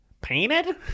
Painted